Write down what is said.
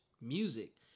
music